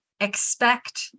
expect